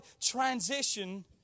transition